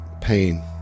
pain